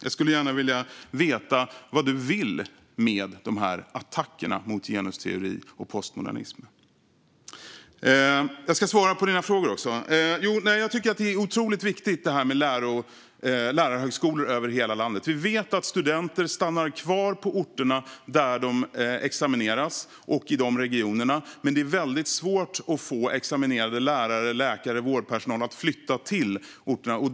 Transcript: Jag skulle gärna vilja veta vad du vill med de här attackerna mot genusteori och postmodernism. Jag ska svara på dina frågor också. Jag tycker att det är otroligt viktigt med lärarhögskolor över hela landet. Vi vet att studenter stannar kvar på de orter där de examineras och i de regionerna, men det är väldigt svårt att få examinerade lärare, läkare och vårdpersonal att flytta till orterna.